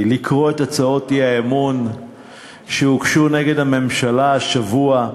לקרוא את הצעות האי-אמון שהוגשו נגד הממשלה השבוע.